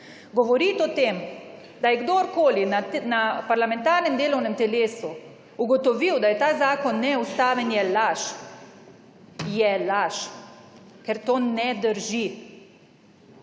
Govoriti o tem, da je kdorkoli na parlamentarnem delovnem telesu ugotovil, da je ta zakon neustaven, je laž. Je laž, ker to ne drži.